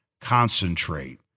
concentrate